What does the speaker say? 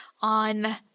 on